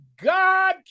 God